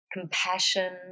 compassion